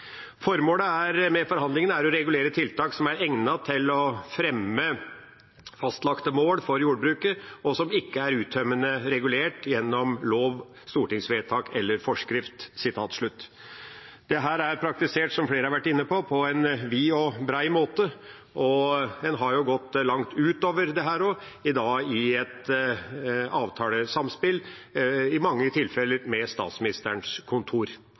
Formålet med forhandlingene er «å regulere tiltak som er egnet til å fremme fastlagte mål for jordbruket, og som ikke er uttømmende regulert ved lov, stortingsvedtak eller forskrift». Dette er praktisert, som flere har vært inne på, på en vid og bred måte, og en har gått langt utover dette også, og da i et avtalesamspill – i mange tilfeller med Statsministerens kontor.